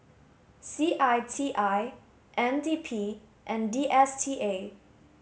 C I T I N D P and D S T A